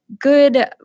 good